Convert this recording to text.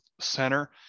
center